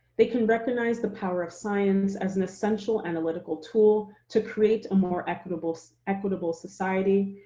they can recognize the power of science as an essential analytical tool to create a more equitable so equitable society,